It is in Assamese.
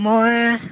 মই